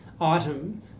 item